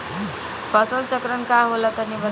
फसल चक्रण का होला तनि बताई?